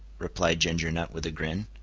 replied ginger nut with a grin.